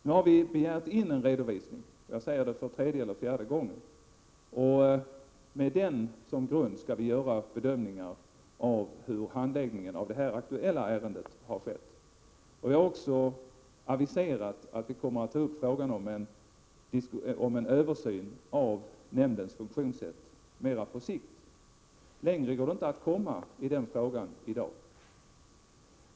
Nu har vi begärt in en redovisning — jag säger detta för tredje eller fjärde gången — och med den som grund skall vi göra bedömningar av hur handläggningen av det här aktuella ärendet har skett. Jag har också aviserat att vi kommer att ta upp frågan om en översyn av nämndens funktionssätt på lång sikt. Längre går det inte att komma i den frågan i dag.